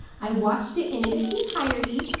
i watched it and in its entirety,